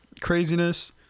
craziness